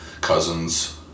cousins